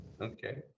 Okay